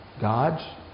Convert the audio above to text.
God's